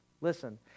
listen